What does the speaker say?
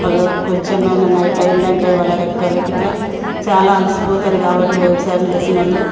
వాళ్ళ కొంచెం అయినా నైట్ అయిందంటే వాళ్ళ రెక్కలకిట్లా చాలా అలసిపోతారు కాబట్టి వ్యవసాయం చేసినోళ్ళు